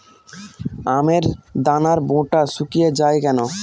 আমের দানার বোঁটা শুকিয়ে য়ায় কেন?